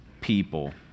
people